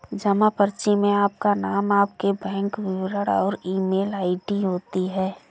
जमा पर्ची में आपका नाम, आपके बैंक विवरण और ईमेल आई.डी होती है